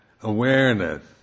awareness